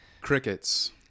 Crickets